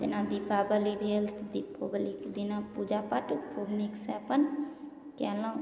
जेना दीपावली भेल तऽ दिपोवलीके दिना पूजा पाठ खूब नीकसे अपन कएलहुँ